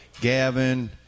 Gavin